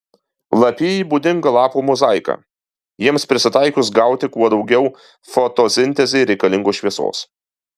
lapijai būdinga lapų mozaika jiems prisitaikius gauti kuo daugiau fotosintezei reikalingos šviesos